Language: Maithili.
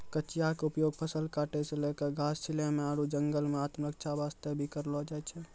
कचिया के उपयोग फसल काटै सॅ लैक घास छीलै म आरो जंगल मॅ आत्मरक्षा वास्तॅ भी करलो जाय छै